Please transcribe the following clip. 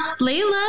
Layla